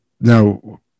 now